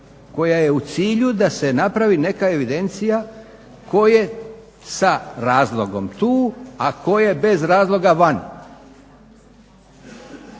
koja je u cilju da se napravi neka evidencija tko je sa razlogom tu, a tko je bez razloga vani.